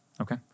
Okay